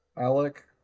Alec